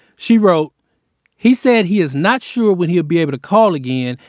she wrote he said he is not sure when he'll be able to call again,